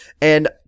And-